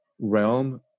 realm